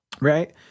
right